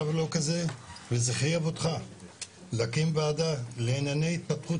וזה חייב אותך להקים וועדה לענייני התפתחות